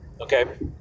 Okay